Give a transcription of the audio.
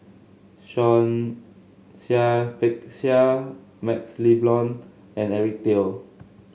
Seah Peck Seah MaxLe Blond and Eric Teo